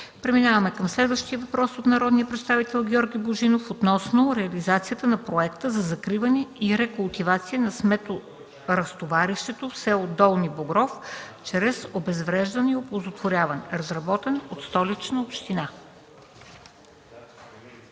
Преминаваме към следващия въпрос от народния представител Георги Божинов относно реализацията на проекта за закриване и рекултивация на сметоразтоварището в с. Долни Богров чрез обезвреждане и оползотворяване, разработен от Столична община.